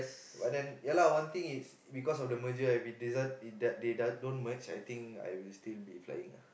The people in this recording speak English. but then ya lah one thing is because of the merger I if they don't merge I think I would still be flying lah